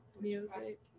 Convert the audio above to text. Music